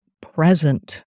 present